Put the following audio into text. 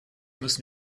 müssen